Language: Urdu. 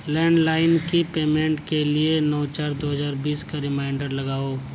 لینڈ لائین کی پیمنٹ کے لیے نو چار دو ہزار بیس کا ریمائنڈر لگاؤ